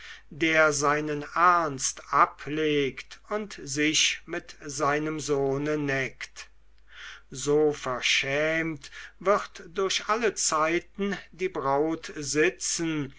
der seinen ernst ablegt und sich mit seinem sohne neckt so verschämt wird durch alle zeiten die braut sitzen